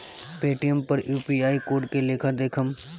Paytm पर UPI code के लेखा देखम?